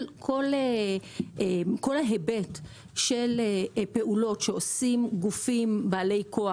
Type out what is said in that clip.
כל ההיבט של פעולות שעושים גופים בעלי כוח,